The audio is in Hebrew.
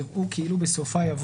יראו כאילו בסופה בא